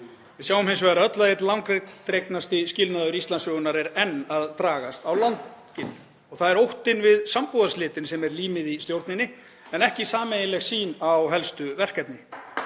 Við sjáum hins vegar öll að einn langdregnasti skilnaður Íslandssögunnar er enn að dragast á langinn og það er óttinn við sambúðarslitin sem er límið í stjórninni en ekki sameiginleg sýn á helstu verkefni.